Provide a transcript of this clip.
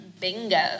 Bingo